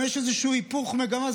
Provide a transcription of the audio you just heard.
יש גם איזשהו היפוך מגמה.